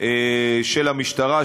של המשטרה,